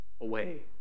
away